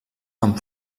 amb